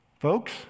Folks